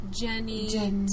Jenny